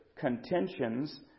contentions